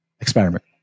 experiment